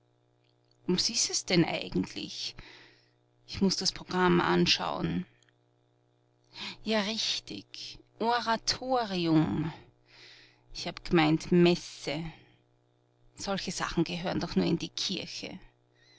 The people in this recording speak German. was ist es denn eigentlich ich muß das programm anschauen ja richtig oratorium ich hab gemeint messe solche sachen gehören doch nur in die kirche